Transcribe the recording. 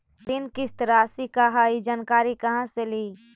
ऋण किस्त रासि का हई जानकारी कहाँ से ली?